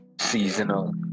seasonal